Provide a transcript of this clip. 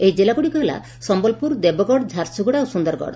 ଏହି ଜିଲ୍ଲାଗୁଡ଼ିକ ହେଲା ସମ୍ମଲପୁର ଦେବଗଡ଼ ଝାରସୁଗୁଡ଼ା ଓ ସୁନ୍ଦରଗଡ଼